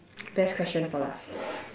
best question for last